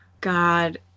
God